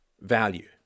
value